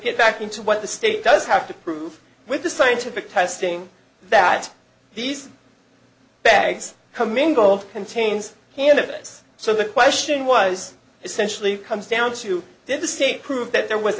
get back into what the state does have to prove with the scientific testing that these bags come in gold contains candidates so the question was essentially comes down to did the state prove that there w